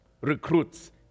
recruits